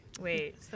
Wait